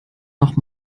noch